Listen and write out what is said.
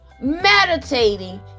meditating